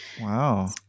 wow